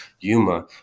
Yuma